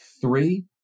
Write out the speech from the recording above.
three